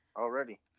already